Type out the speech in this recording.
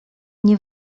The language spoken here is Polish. nie